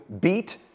beat